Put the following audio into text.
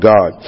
God